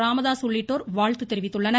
ராமதாஸ் உள்ளிட்டோர் வாழ்த்து தெரிவித்துள்ளனர்